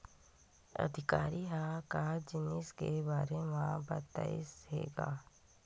अधिकारी ह का जिनिस के बार म बतईस हे गा?